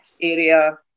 area